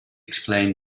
explain